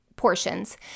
Portions